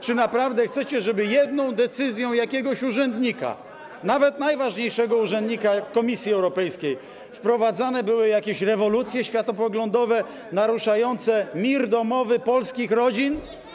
Czy naprawdę chcecie, żeby jedną decyzją jakiegoś urzędnika, nawet najważniejszego urzędnika Komisji Europejskiej, wprowadzane były jakieś rewolucje światopoglądowe naruszające mir domowy polskich rodzin?